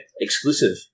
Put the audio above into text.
Exclusive